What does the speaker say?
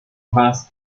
has